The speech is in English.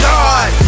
God